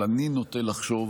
אבל אני נוטה לחשוב